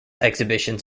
exhibitions